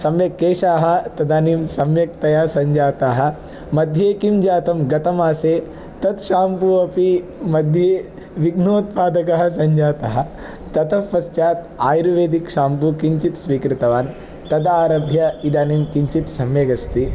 सम्यक् केशाः तदानीं सम्यक्तया सञ्जाताः मध्ये किं जातं गतमासे तत् शेम्पू अपि मध्ये विघ्नोत्पादकः सञ्जातः ततः पश्चात् आयुर्वेदिक् शेम्पू किञ्चित् स्वीकृतवान् तदारभ्य इदानीं किञ्चित् सम्यक् अस्ति